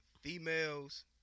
Females